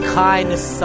kindness